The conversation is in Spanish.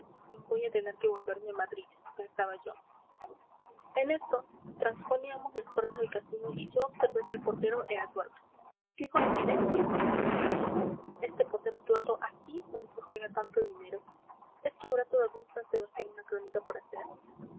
voy a tener que volverme a madrid pensaba yo en esto transponíamos las puertas del casino y yo observé que el portero era tuerto qué coincidencia exclamé este portero tuerto aquí donde se juega tanto dinero es que habrá todavía en san sebastián una crónica por hacer